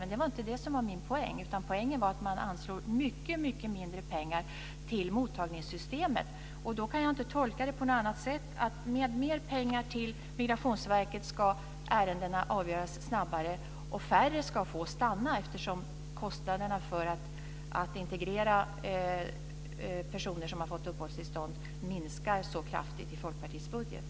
Men det var inte det som var min poäng, utan poängen var att man anslår mycket mindre pengar till mottagningssystemet. Då kan jag inte tolka det på något annat sätt än att med mer pengar till Migrationsverket ska ärendena avgöras snabbare och färre ska få stanna, eftersom kostnaderna för att integrera personer som har fått uppehållstillstånd minskar så kraftigt i Folkpartiets budget.